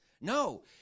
No